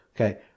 Okay